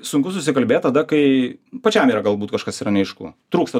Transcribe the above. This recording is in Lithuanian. sunku susikalbėt tada kai pačiam yra galbūt kažkas yra neaišku trūksta